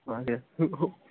महोदय